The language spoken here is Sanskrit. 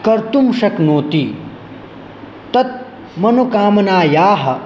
कर्तुं शक्नोति तत् मनोकामनायाः